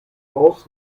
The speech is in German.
aus